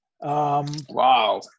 Wow